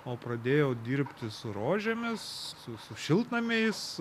o pradėjau dirbti su rožėmis su su šiltnamiais